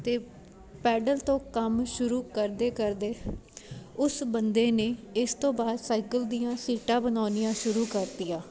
ਤੇ ਪੈਡਲ ਤੋਂ ਕੰਮ ਸ਼ੁਰੂ ਕਰਦੇ ਕਰਦੇ ਉਸ ਬੰਦੇ ਨੇ ਇਸ ਤੋਂ ਬਾਦ ਸਾਈਕਲ ਦੀਆਂ ਸੀਟਾਂ ਬਨੋਣੀਆਂ ਸ਼ੁਰੂ ਕਰਤੀਆਂ